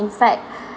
in fact